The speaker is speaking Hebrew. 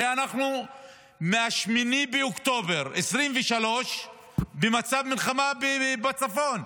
הרי מ-8 באוקטובר 2023 אנחנו במצב מלחמה בצפון,